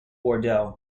bordeaux